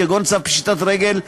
כגון צו פשיטת רגל,